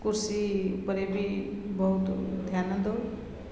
କୃଷି ଉପରେ ବି ବହୁତ ଧ୍ୟାନ ଦେଉ